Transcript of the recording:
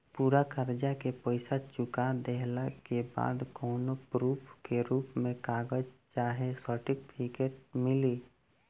पूरा कर्जा के पईसा चुका देहला के बाद कौनो प्रूफ के रूप में कागज चाहे सर्टिफिकेट मिली?